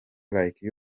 like